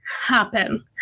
happen